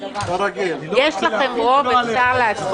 שרוצה לומר או להעיר משהו?